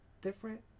different